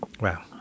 Wow